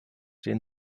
den